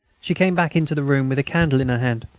she came back into the room, with a candle in her hand.